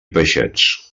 peixets